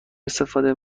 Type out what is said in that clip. استفاده